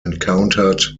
encountered